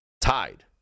tied